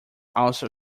also